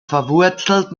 verwurzelt